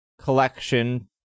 collection